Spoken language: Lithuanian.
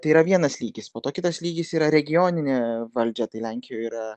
tai yra vienas lygis po to kitas lygis yra regioninė valdžia tai lenkijoj yra